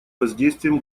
воздействием